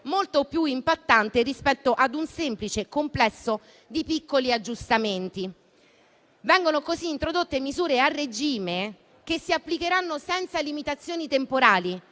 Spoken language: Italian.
molto più impattante rispetto ad un semplice complesso di piccoli aggiustamenti. Vengono così introdotte misure a regime che si applicheranno senza limitazioni temporali